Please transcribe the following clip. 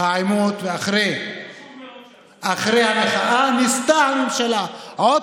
העימות ואחרי המחאה הממשלה ניסתה עוד